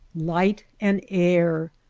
light and air.